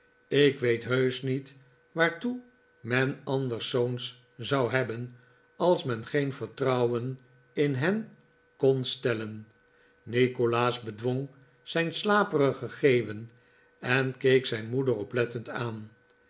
ik weet heusch niet waartoe men anders zoons zou hebben als men geen vertrouwen in hen kon stellen nikolaas bedwong zijn slaperige geeuwen en keek zijn moeder oplettend aan